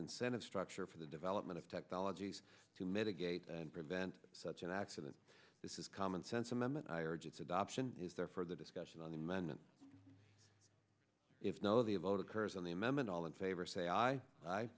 incentive structure for the development of technologies to mitigate and prevent such an accident this is common sense amendment i urge its adoption is there for the discussion on amendment if no the vote occurs on the amendment all in favor say